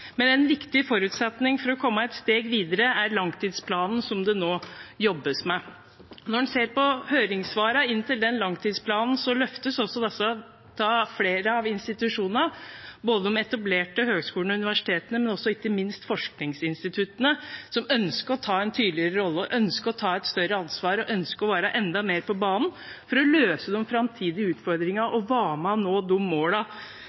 men en viktig forutsetning for å komme et steg videre er langtidsplanen, som det nå jobbes med. Når en ser på høringssvarene inn til den langtidsplanen, løftes også dette av flere av institusjonene, både de etablerte høyskolene og universitetene og ikke minst av forskningsinstituttene, som ønsker å ta en tydeligere rolle, ønsker å ta et større ansvar og ønsker å være enda mer på banen for å løse de framtidige utfordringene og være med og nå de